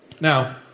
Now